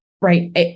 right